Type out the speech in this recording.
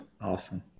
Awesome